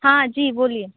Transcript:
हाँ जी बोलिए